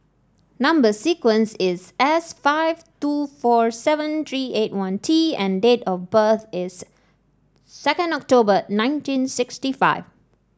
number sequence is S five two four seven three eight one T and date of birth is second October nineteen sixty five